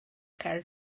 cael